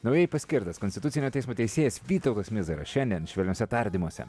naujai paskirtas konstitucinio teismo teisėjas vytautas mizaras šiandien švelniuose tardymuose